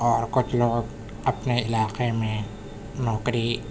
اور کچھ لوگ اپنے علاقے میں نوکری